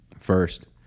first